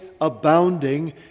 abounding